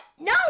No